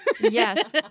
Yes